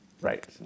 Right